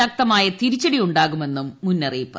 ശക്തമായ തിരിച്ചടിയുണ്ടാകുമെന്നും മുന്നറിയിപ്പ്